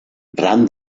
ran